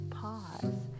pause